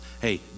Hey